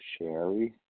Sherry